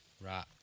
Right